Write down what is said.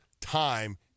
time